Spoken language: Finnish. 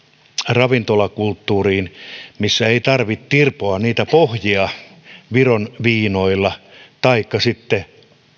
ravintolakulttuuriin missä ei tarvitse tirpoa niitä pohjia viron viinoilla taikka sitten